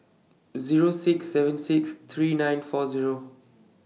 Zero six seven six three nine four Zero